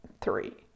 three